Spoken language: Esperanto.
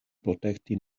protekti